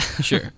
Sure